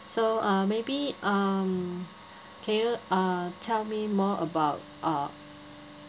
so uh maybe um can you uh tell me more about uh